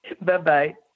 Bye-bye